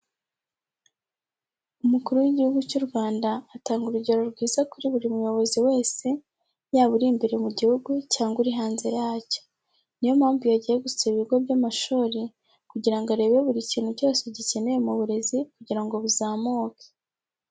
Umukuru w'Igihugu cy'u Rwanda atanga urugero rwiza kuri buri muyobozi wese yaba uri imbere mu gihugu cyangwa uri hanze yacyo. Ni yo mpamvu yagiye gusura ibigo by'amashuri kugira ngo arebe buri kintu cyose gikenewe mu burezi kugira ngo buzamuke.